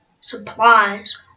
supplies